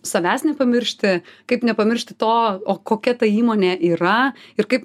savęs nepamiršti kaip nepamiršti to o kokia ta įmonė yra ir kaip